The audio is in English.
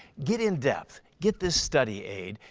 get in depth, get this study aid,